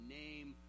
name